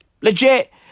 Legit